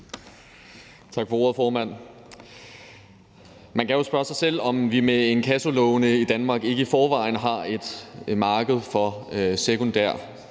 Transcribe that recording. Man kan jo spørge sig selv, om vi med inkassolovene i Danmark ikke i forvejen har et marked for sekundær